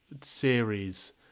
series